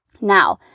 Now